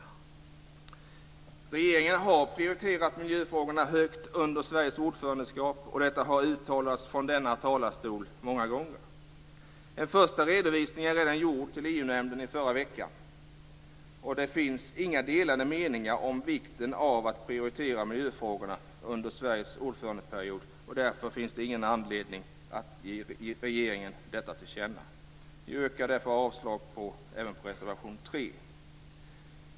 Regeringen har prioriterat miljöfrågorna högt under Sveriges ordförandeskap och detta har uttalats från denna talarstol många gånger. En första redovisning är redan gjord till EU-nämnden i förra veckan. Det finns inga delade meningar om vikten av att prioritera miljöfrågorna under Sveriges ordförandeperiod, och därför finns det ingen anledning att ge regeringen detta till känna. Jag yrkar därför avslag även på reservation 3.